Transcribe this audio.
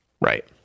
Right